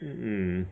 mm mm